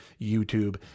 YouTube